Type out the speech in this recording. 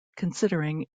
considering